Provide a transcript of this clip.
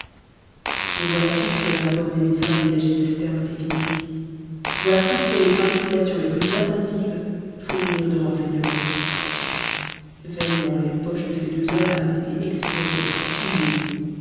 mais voilà tout ce que le rapport des médecins dégagé de ses termes techniques voilà tout ce que les investigations les plus attentives fournirent de renseignements vainement les poches de ces deux hommes avaient été explorées fouillées